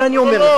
אבל אני אומר לך,